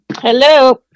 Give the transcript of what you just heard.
Hello